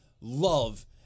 love